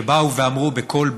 שבאו ואמרו בקול ברור: